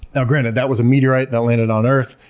now granted, that was a meteorite that landed on earth.